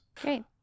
Great